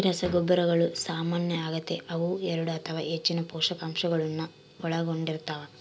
ಈ ರಸಗೊಬ್ಬರಗಳು ಸಾಮಾನ್ಯ ಆಗತೆ ಅವು ಎರಡು ಅಥವಾ ಹೆಚ್ಚಿನ ಪೋಷಕಾಂಶಗುಳ್ನ ಒಳಗೊಂಡಿರ್ತವ